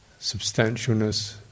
substantialness